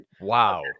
Wow